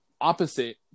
opposite